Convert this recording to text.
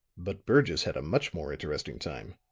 but burgess had a much more interesting time.